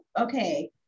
okay